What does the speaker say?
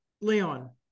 Leon